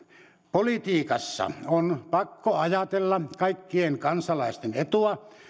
politiikassa on pakko ajatella kaikkien kansalaisten etua